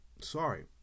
Sorry